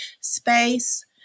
space